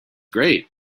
great